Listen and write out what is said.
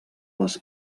les